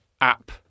app